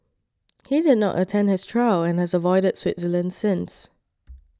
he did not attend his trial and has avoided Switzerland since